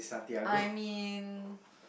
I mean